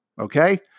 Okay